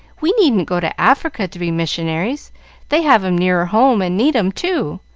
we needn't go to africa to be missionaries they have em nearer home and need em, too.